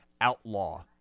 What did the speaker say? outlaw